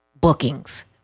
bookings